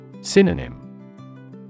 Synonym